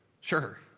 Sure